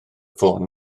ffôn